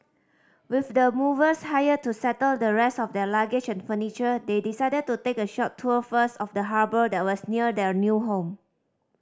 with the movers hired to settle the rest of their luggage and furniture they decided to take a short tour first of the harbour that was near their new home